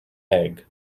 egg